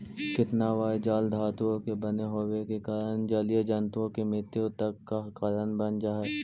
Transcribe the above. केतना बार जाल धातुओं का बने होवे के कारण जलीय जन्तुओं की मृत्यु तक का कारण बन जा हई